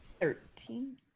Thirteen